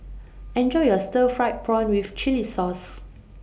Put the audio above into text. Enjoy your Stir Fried Prawn with Chili Sauce